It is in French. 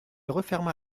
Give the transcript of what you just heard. referma